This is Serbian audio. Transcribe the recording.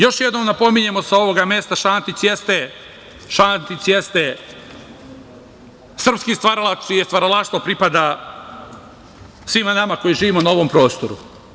Još jednom napominjemo sa ovoga mesta, Šantić jeste srpski stvaralac, čije stvaralaštvo pripada svima nama koji živimo na ovom prostoru.